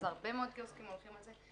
אז הרבה מאוד קיוסקים הולכים על זה.